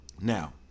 Now